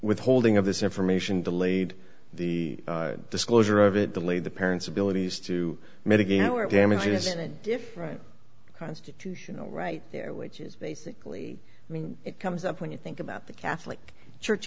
withholding of this information delayed the disclosure of it delayed the parents abilities to mitigate or damage isn't different constitutional right there which is basically i mean it comes up when you think about the catholic church